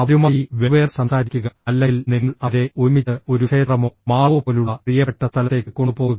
അവരുമായി വെവ്വേറെ സംസാരിക്കുക അല്ലെങ്കിൽ നിങ്ങൾ അവരെ ഒരുമിച്ച് ഒരു ക്ഷേത്രമോ മാളോ പോലുള്ള പ്രിയപ്പെട്ട സ്ഥലത്തേക്ക് കൊണ്ടുപോകുക